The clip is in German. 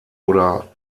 oder